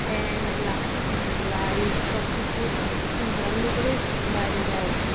fan light সব কিছু বন্ধ করে বাইরে যাওয়া উচিত